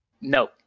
No